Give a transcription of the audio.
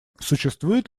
существует